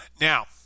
Now